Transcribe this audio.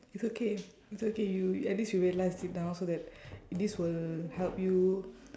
it's okay it's okay you at least you realise it now so that this will help you